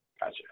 Gotcha